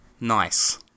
nice